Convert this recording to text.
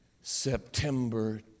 September